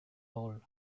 ball